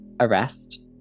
arrest